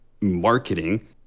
marketing